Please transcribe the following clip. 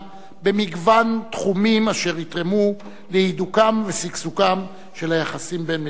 במגוון תחומים אשר יתרמו להידוקם ושגשוגם של היחסים בין מדינותינו.